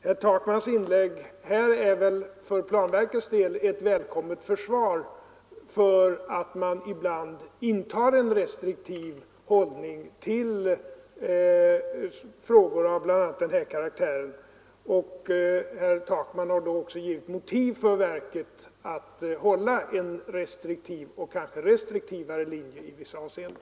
Herr Takmans inlägg här är för planverkets del ett välkommet försvar för att man ibland intar en restriktiv hållning i frågor av bl.a. den här karaktären. Herr Takman har också givit motiv för planverket att hålla en restriktiv och kanske restriktivare linje i vissa avseenden.